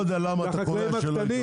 והחקלאים הקטנים,